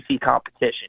competition